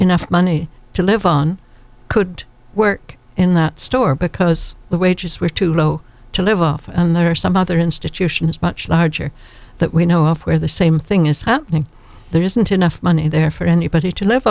enough money to live on could work in that store because the wages were too low to live off and there are some other institutions much larger that we know of where the same thing is happening there isn't enough money there for anybody to live